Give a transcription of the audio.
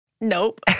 Nope